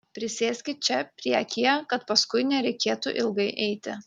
prisėskit čia priekyje kad paskui nereikėtų ilgai eiti